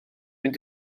mynd